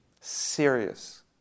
serious